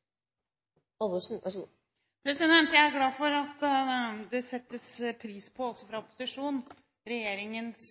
glad for at det også fra opposisjonen settes pris på regjeringens